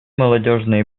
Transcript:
молодежные